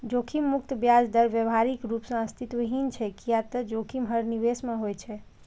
जोखिम मुक्त ब्याज दर व्यावहारिक रूप सं अस्तित्वहीन छै, कियै ते जोखिम हर निवेश मे होइ छै